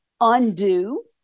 undo